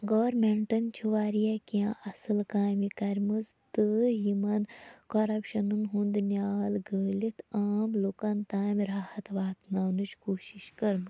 گورمِنٹَن چھِ واریاہ کینٛہہ اصل کامہِ کَرمٕژ تہٕ یِمَن کرپشنَن ہُنٛد نِیال گٲلِتھ عام لُکَن تامۍ راحت واتناونٕچ کوٗشِش کٔرمژ